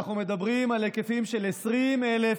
ואנחנו מדברים על היקפים של 20,000,